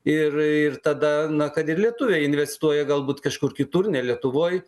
ir ir tada na kad ir lietuviai investuoja galbūt kažkur kitur ne lietuvoj